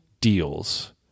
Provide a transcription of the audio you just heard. deals